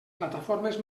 plataformes